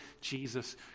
Jesus